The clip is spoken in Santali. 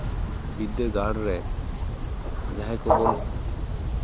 ᱵᱤᱫᱽᱫᱟᱹᱜᱟᱲ ᱨᱮ ᱡᱟᱦᱟᱸᱭ ᱠᱚᱵᱚᱱ